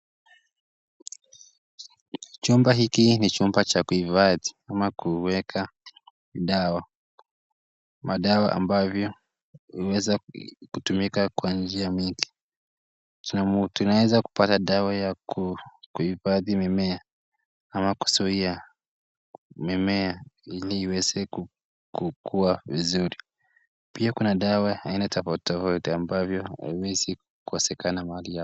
Chumba hiki ni chumba cha kuiva ama kuweka dawa. Madawa ambavyo huweza kutumika kwa njia mbingi. Tunaweza kupata dawa ya kuipathi mimea ama kuzuia mimea ili iweze kukua vizuri. Pia kuna dawa aina tofauti tofauti ambavyo huwezi kukosekana mahali hapa.